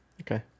Okay